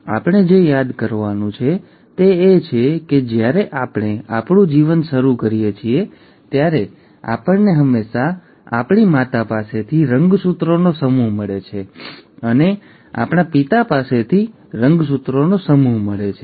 હવે આપણે જે યાદ રાખવાનું છે તે એ છે કે જ્યારે આપણે આપણું જીવન શરૂ કરીએ છીએ ત્યારે આપણને હંમેશાં આપણી માતા પાસેથી રંગસૂત્રોનો સમૂહ મળે છે અને આપણા પિતા પાસેથી રંગસૂત્રોનો સમૂહ મળે છે